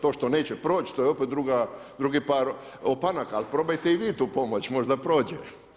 To što neće proći, to je opet drugi par opanaka ali probajte i vi tu pomoći, možda prođe.